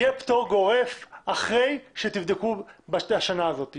יהיה פטור גורף אחרי שתבדקו בשנה הזאת.